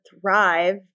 thrive